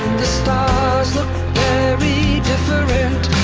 the stars look very different